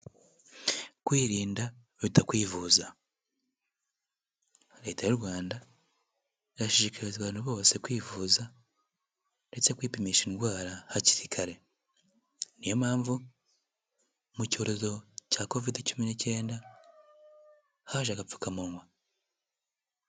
Kwirinda biruta kwivuza, Leta y'u Rwanda irashishikariza abantu bose kwivuza ndetse kwipimisha indwara hakiri kare, ni yo mpamvu mu cyorezo cya Kovide cumi n'icyenda haje agapfukamunwa.